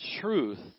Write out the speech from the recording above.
truth